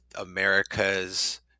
America's